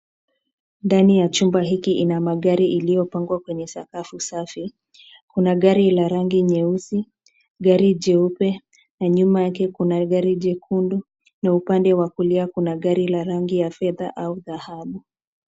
Ndani ya chumba hiki ina magari iliyopangwa kwenye sakafu safi. Kuna gari la rangi nyeusi, gari jeupe na nyuma yake kuna gari jekundu na upande wa kulia kuna gari la rangi ya fedha au dhahabu.